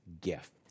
gift